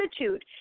attitude